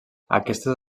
aquestes